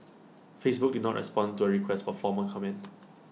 Facebook did not respond to A request for formal comment